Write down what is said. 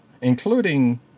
including